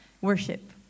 worship